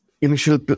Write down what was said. initial